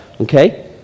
Okay